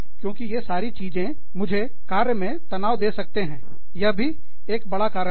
क्योंकि ये सारी चीजें मुझे कार्य तनाव दे सकते हैं यह भी एक बड़ा कारण है